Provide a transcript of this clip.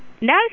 No